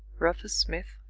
rufus smith,